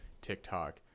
TikTok